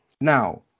Now